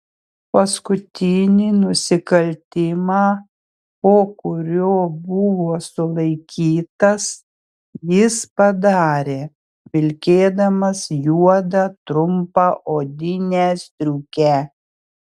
paskutinį nusikaltimą po kurio buvo sulaikytas jis padarė vilkėdamas juodą trumpą odinę striukę